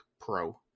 Pro